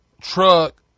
truck